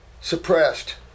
Suppressed